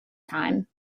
time